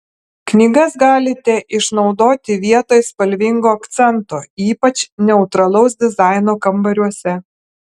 knygas galite išnaudoti vietoj spalvingo akcento ypač neutralaus dizaino kambariuose